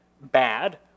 bad